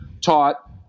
taught